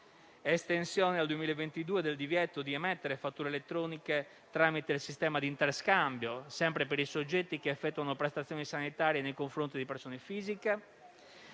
l'estensione al 2022 del divieto di emettere fatture elettroniche tramite sistema di interscambio, sempre per i soggetti che effettuano prestazioni sanitarie nei confronti di persone fisiche;